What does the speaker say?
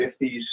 50s